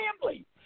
family